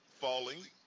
falling